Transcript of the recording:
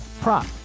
prop